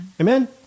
Amen